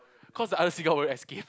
cause the other seagull already escaped